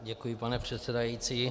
Děkuji, pane předsedající.